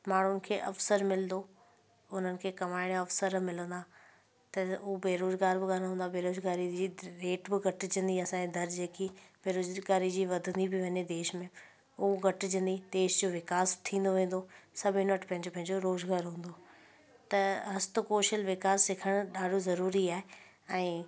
माण्हुनि खे अवसर मिलंदो उन्हनि खे कमाइण जो अवसर मिलंदा आहिनि त हू बेरोज़गार बि कान हूंदा बेरोज़गारी जी रेट बि घटिजंदी असांजी दर जेकी बेरोज़गारी जी वधंदी बि वञे देश में उहो घटिजंदी देश जो विकास थींदो वेंदो सभिनी वटि पंहिंजो पंहिंजो रोज़गारु हूंदो त हस्त कौशल विकास सिखण ॾाढो ज़रूरी आहे ऐं